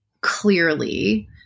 clearly